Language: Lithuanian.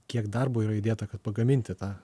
kiek darbo yra įdėta kad pagaminti tą